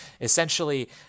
essentially